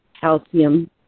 calcium